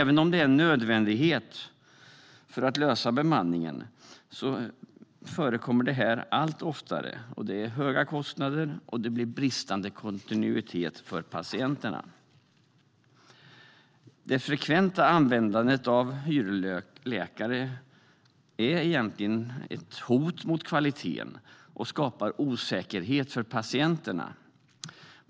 Detta är en nödvändighet för att klara bemanningen och förekommer allt oftare. Följden är höga kostnader och bristande kontinuitet för patienterna. Det frekventa användandet av hyrläkare är egentligen ett hot mot kvaliteten och skapar osäkerhet för patienterna.